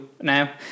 now